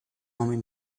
homem